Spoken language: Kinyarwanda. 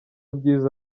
byiza